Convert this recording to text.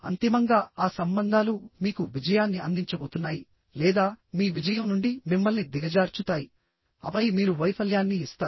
అంతిమంగా ఆ సంబంధాలు మీకు విజయాన్ని అందించబోతున్నాయి లేదా మీ విజయం నుండి మిమ్మల్ని దిగజార్చుతాయి ఆపై మీరు వైఫల్యాన్ని ఇస్తారు